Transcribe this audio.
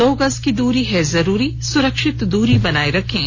दो गज की दूरी है जरूरी सूरक्षित दूरी बनाए रखें